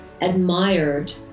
admired